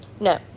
No